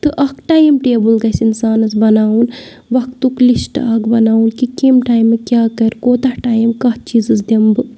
تہٕ اکھ time table گژھہِ اِنسانَس بَناوُن وقتُک لِسٹہٕ اَکھ بَناوُن کہِ کمہِ ٹایمہٕ کیٛاہ کَرِ کوتاہ ٹایم کَتھ چیٖزَس دِمہٕ بہٕ